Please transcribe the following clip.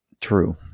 true